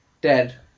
dead